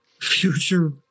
future